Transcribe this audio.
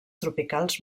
tropicals